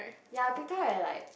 ya Bing-Tao and like